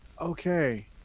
Okay